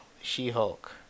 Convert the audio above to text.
She-Hulk